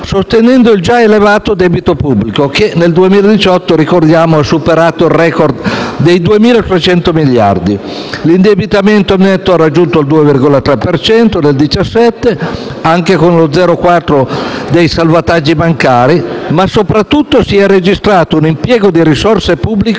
sostenendo il già elevato debito pubblico che nel 2018 - ricordiamolo - ha superato il *record* dei 2.300 miliardi. L'indebitamento netto ha raggiunto il 2,3 per cento nel 2017, con uno 0,4 per cento di salvataggi bancari, ma soprattutto si è registrato un impiego di risorse pubbliche